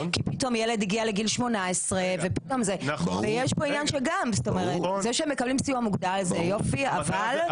כי פתאום ילד הגיע לגיל 18. זה שהם מקבלים סיוע מוגדל זה יופי אבל.